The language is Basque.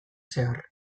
zehar